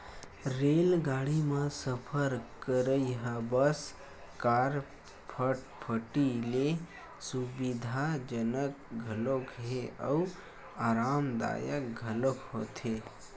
रेलगाड़ी म सफर करइ ह बस, कार, फटफटी ले सुबिधाजनक घलोक हे अउ अरामदायक घलोक होथे